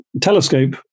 telescope